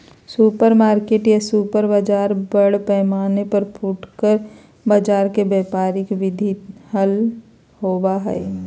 supermarket या super बाजार बड़ पैमाना पर फुटकर बाजार के व्यापारिक विधि हल होबा हई